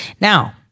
Now